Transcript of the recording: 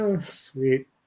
Sweet